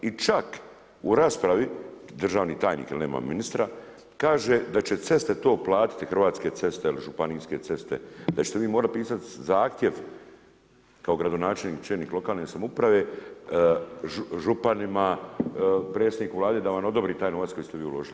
I čak u raspravi državni tajnik jer nema ministra, kaže da će ceste to platiti Hrvatske ceste ili županijske ceste da ćete vi morat pisat zahtjev kao gradonačelnik, čelnik lokalne samouprave, županima, predsjedniku Vlade da vam odobri taj novac koji ste vi uložili.